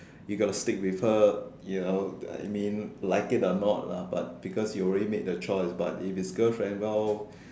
you got to stick with her you know I mean like it or not lah but because you already made the choice but if it's girlfriend well